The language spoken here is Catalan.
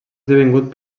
esdevingut